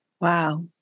Wow